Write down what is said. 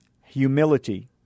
Humility